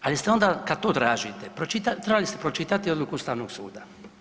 Ali ste onda kad to tražite, trebali ste pročitati odluku Ustavnog suda.